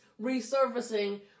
resurfacing